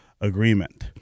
agreement